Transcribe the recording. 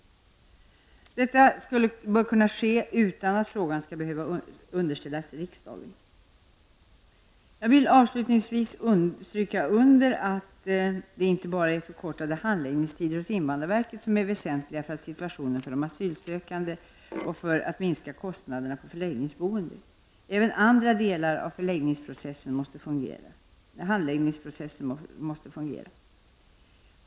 Detta bör kunna ske utan att frågan skall behöva underställas riksdagen. Jag vill avslutningsvis stryka under att det inte bara är förkortade handläggningstider hos invandrarverket som är väsentliga för att underlätta situationen för de asylsökande och för att minska kostnaderna för förläggningsboende. Även andra delar av handläggningsprocessen måste fungera.